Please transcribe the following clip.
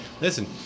listen